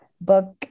book